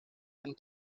and